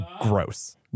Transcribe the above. gross